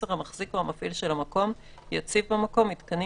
(10) המחזיק או המפעיל של המקום יציב במקום מיתקנים